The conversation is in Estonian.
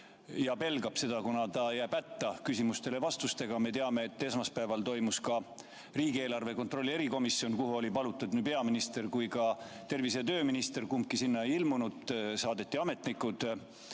ja pelgab seda, kuna ta jääb hätta küsimustele vastamisega. Me teame, et esmaspäeval toimus ka riigieelarve kontrolli erikomisjoni [istung], kuhu olid palutud nii peaminister kui ka tervise- ja tööminister, kumbki sinna ei ilmunud, saadeti ametnikud.